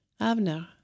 Avner